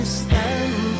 stand